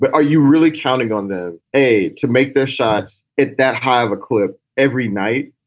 but are you really counting on them a, to make their shots at that high of a clip every night?